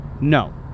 No